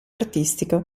artistico